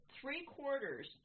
three-quarters